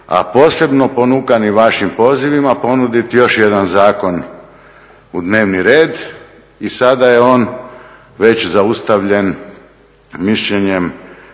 posebno ponukani vašim pozivima ponuditi još jedan zakon u dnevni red i sada je on već zaustavljen mišljenjem